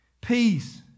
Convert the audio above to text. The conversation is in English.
Peace